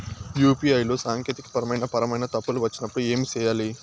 UPI లో సాంకేతికపరమైన పరమైన తప్పులు వచ్చినప్పుడు ఏమి సేయాలి